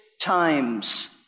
times